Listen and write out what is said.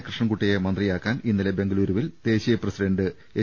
കൃഷ്ണൻകുട്ടിയെ മന്ത്രിയാ ക്കാൻ ഇന്നലെ ബെങ്കലൂരുവിൽ ദേശീയ പ്രസിഡന്റ് എച്